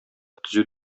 төзү